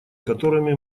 которыми